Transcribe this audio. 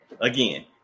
Again